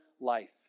life